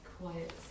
quiet